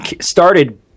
started